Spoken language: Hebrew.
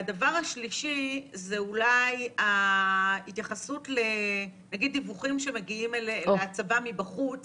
והדבר השלישי זה אולי ההתייחסות לדיווחים שמגיעים לצבא מבחוץ